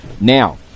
Now